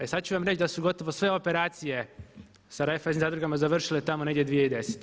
E sad ću vam reći da su gotovo sve operacije sa Raiffeisen zadrugama završile tamo negdje 2010.